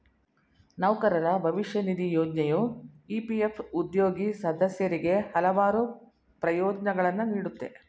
ನೌಕರರ ಭವಿಷ್ಯ ನಿಧಿ ಯೋಜ್ನೆಯು ಇ.ಪಿ.ಎಫ್ ಉದ್ಯೋಗಿ ಸದಸ್ಯರಿಗೆ ಹಲವಾರು ಪ್ರಯೋಜ್ನಗಳನ್ನ ನೀಡುತ್ತೆ